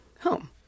home